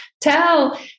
tell